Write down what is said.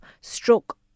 stroke